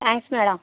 thanks madam